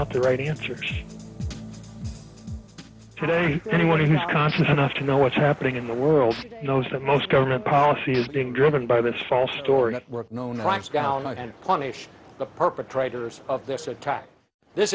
out the right answers today anyone who is conscious enough to know what's happening in the world knows that most government policy is being driven by this false story known as the perpetrators of this attack this